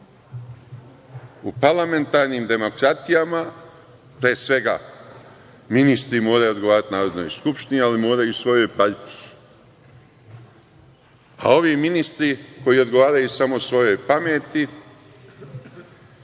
U parlamentarnim demokratijama, pre svega, ministri moraju odgovarati Narodnoj skupštini, ali moraju i svojoj partiji, a ovi ministri koji odgovaraju samo svojoj pameti,